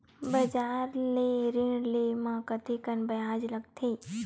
बजार ले ऋण ले म कतेकन ब्याज लगथे?